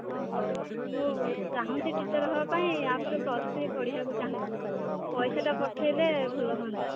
ଅ ହଉ ମୁଁ ଚାହୁଁଛି ଟୀଚର୍ ହେବା ପାଇଁ ଆ ପରେ ପ୍ଲସ୍ ଥ୍ରୀ ପଢ଼ିବା ପାଇଁ ଚାହୁଁଛି ପଇସାଟା ପଠେଇଲେ ଭଲ ହୁଅନ୍ତା